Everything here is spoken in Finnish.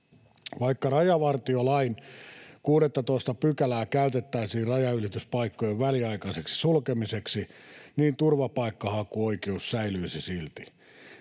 Vaikka rajavartiolain 16 §:ää käytettäisiin rajanylityspaikkojen väliaikaiseksi sulkemiseksi, niin turvapaikkahakuoikeus säilyisi silti.